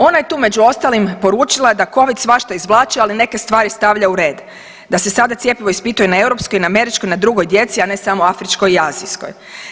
Ona je tu među ostalim poručila da COVID svašta izvlači ali neke stvari stavlja u red, da se sada cjepivo ispituje na europskoj, američkoj i drugoj djeci a ne samo afričkoj i azijskoj.